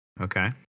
Okay